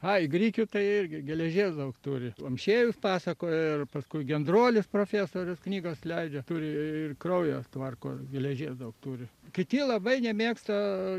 ai grikių tai irgi geležies daug turi amšiejus pasakojo ir paskui gendrolis profesorius knygas leidžia turi ir kraują tvarko geležies daug turi kiti labai nemėgsta